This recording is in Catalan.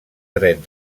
dret